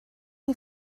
chi